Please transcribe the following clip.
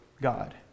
God